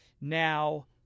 Now